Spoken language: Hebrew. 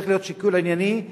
צריך להיות שיקול ענייני,